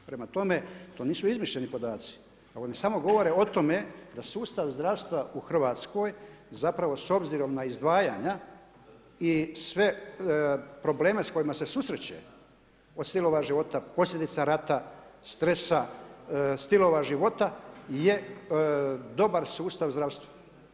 Prema tome, to nisu izmišljeni podaci, oni samo govore o tome da sustav zdravstva u Hrvatskoj zapravo s obzirom na izdvajanja i sve probleme s kojima se susreće od stila života, posljedica rata, stresa, stilova života je dobar sustav zdravstva.